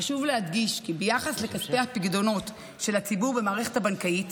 חשוב להדגיש כי ביחס לכספי הפיקדונות של הציבור במערכת הבנקאית,